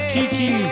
Kiki